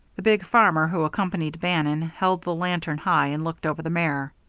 the big farmer who accompanied bannon held the lantern high and looked over the mare.